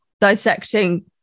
dissecting